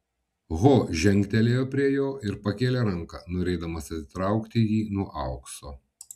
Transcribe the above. ho žengtelėjo prie jo ir pakėlė ranką norėdamas atitraukti jį nuo aukso